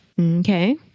Okay